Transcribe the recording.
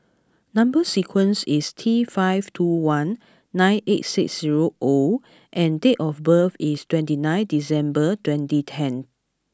number sequence is T five two one nine eight six zero O and date of birth is twenty nine December twenty ten